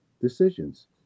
decisions